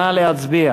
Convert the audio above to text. נא להצביע.